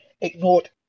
ignored